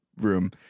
room